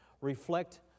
Reflect